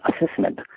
assessment